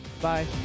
Bye